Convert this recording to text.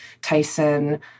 Tyson